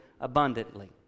abundantly